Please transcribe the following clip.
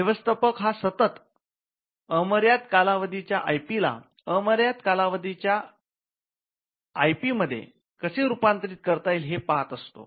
व्यवस्थापक हा सतत मर्यादित कालावधीच्या आय पी ला अमर्यादित कालावधीच्या आयपी मध्ये कसे रूपांतरित करता येईल हे पाहत असतो